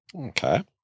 Okay